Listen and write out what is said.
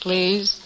Please